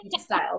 style